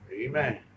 Amen